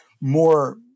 More